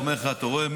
הוא אומר לך: אתה רואה,